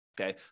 Okay